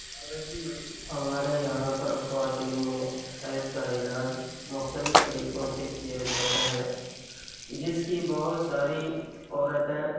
ہمارے یہاں پر خواتین میں حیض کا علاج مختلف طریقوں سے کیا جاتا ہے جس کی بہت ساری عورتیں